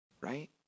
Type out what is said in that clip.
Right